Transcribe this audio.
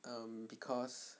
um because